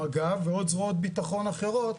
מג"ב ועוד זרועות ביטחון אחרות